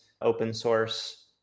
open-source